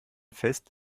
fest